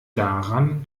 daran